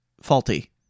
faulty